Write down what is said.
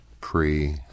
pre